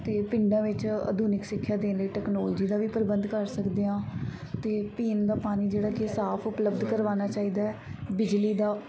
ਅਤੇ ਪਿੰਡਾਂ ਵਿੱਚ ਆਧੁਨਿਕ ਸਿੱਖਿਆ ਦੇਣ ਲਈ ਟੈਕਨੋਲਜੀ ਦਾ ਵੀ ਪ੍ਰਬੰਧ ਕਰ ਸਕਦੇ ਹਾਂ ਅਤੇ ਪੀਣ ਦਾ ਪਾਣੀ ਜਿਹੜਾ ਕਿ ਸਾਫ਼ ਉਪਲੱਬਧ ਕਰਵਾਉਣਾ ਚਾਹੀਦਾ ਬਿਜਲੀ ਦਾ